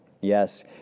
Yes